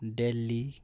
Delhi